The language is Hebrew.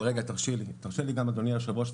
תרשה לי אדוני היושב-ראש,